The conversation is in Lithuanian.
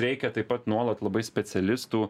reikia taip pat nuolat labai specialistų